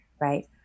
Right